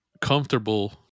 comfortable